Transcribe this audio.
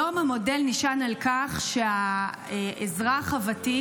היום המודל נשען על כך שהאזרח הוותיק